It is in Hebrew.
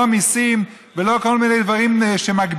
לא מיסים ולא כל מיני דברים שמגבילים,